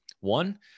one